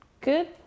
good